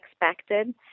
expected